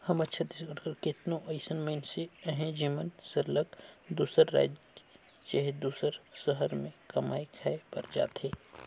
हमर छत्तीसगढ़ कर केतनो अइसन मइनसे अहें जेमन सरलग दूसर राएज चहे दूसर सहर में कमाए खाए बर जाथें